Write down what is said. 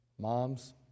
Moms